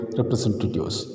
representatives